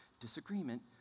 disagreement